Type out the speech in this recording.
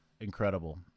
incredible